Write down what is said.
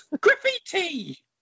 graffiti